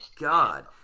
god